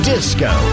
Disco